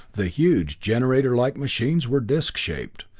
the huge generator-like machines were disc-shaped.